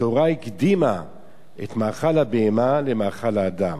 התורה הקדימה את מאכל הבהמה למאכל האדם.